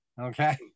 okay